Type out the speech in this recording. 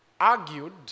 argued